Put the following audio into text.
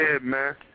man